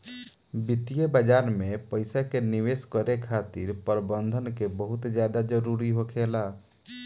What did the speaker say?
वित्तीय बाजार में पइसा के निवेश करे खातिर प्रबंधन के बहुत ज्यादा जरूरी होखेला